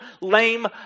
lame